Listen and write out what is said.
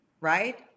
right